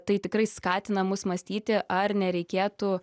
tai tikrai skatina mus mąstyti ar nereikėtų